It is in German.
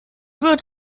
wird